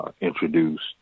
introduced